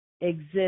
exist